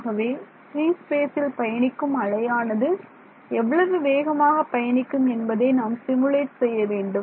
ஆகவே பிரீஸ்பேசில் பயணிக்கும் அலையானது எவ்வளவு வேகமாக பயணிக்கும் என்பதை நாம் சிமுலேட் செய்ய வேண்டும்